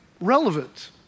relevant